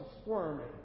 squirming